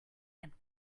and